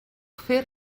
fer